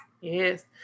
Yes